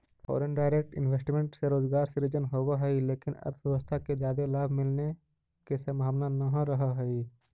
foreign direct investment से रोजगार सृजन होवऽ हई लेकिन अर्थव्यवस्था के जादे लाभ मिलने के संभावना नह रहऽ हई